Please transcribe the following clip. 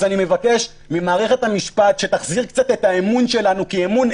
אז אני מבקש ממערכת המשפט שתחזיר קצת את האמון בה כי אמון שלנו,